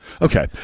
Okay